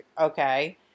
Okay